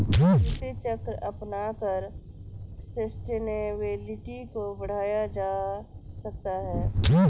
कृषि चक्र अपनाकर सस्टेनेबिलिटी को बढ़ाया जा सकता है